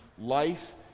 life